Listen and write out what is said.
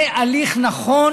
זה הליך נכון